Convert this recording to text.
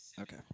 okay